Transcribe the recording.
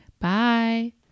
bye